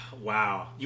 Wow